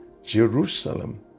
Jerusalem